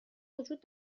وجود